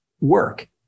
work